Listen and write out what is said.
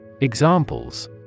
Examples